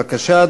בבקשה,